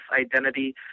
identity